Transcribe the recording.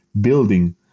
building